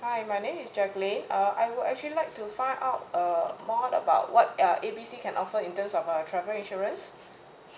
hi my name is jacqueline uh I would actually like to find out uh more about what uh A B C can offer in terms of uh travel insurance